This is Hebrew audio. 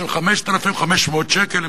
של 5,500 שקל.